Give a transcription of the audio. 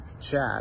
chat